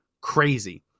Crazy